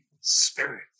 spirit